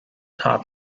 top